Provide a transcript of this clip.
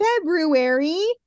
February